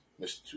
mr